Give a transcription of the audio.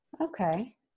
Okay